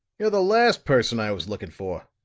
you're the last person i was looking for.